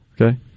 Okay